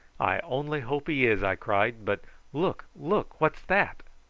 i only hope he is, i cried but look, look! what's that?